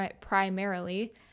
Primarily